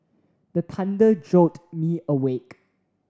the thunder jolt me awake